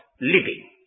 living